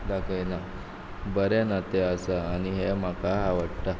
दाखयना बरें नातें आसा आनी हें म्हाका आवडटा